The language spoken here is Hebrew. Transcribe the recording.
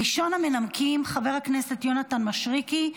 ראשון המנמקים, חבר הכנסת יונתן מישרקי.